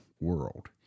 world